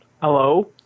hello